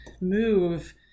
move